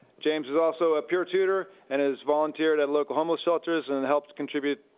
james is also a peer tutor, and has volunteered at local homeless shelters and and helped contribute,